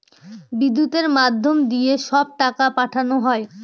বিদ্যুতের মাধ্যম দিয়ে সব টাকা পাঠানো হয়